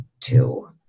two